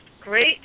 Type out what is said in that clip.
great